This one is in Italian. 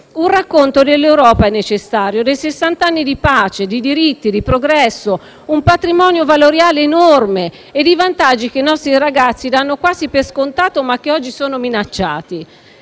Un racconto dell'Europa è necessario, dei sessanta anni di pace, di diritti e di progresso: un enorme patrimonio valoriale e di vantaggi che i nostri ragazzi danno quasi per scontato, ma che oggi è minacciato.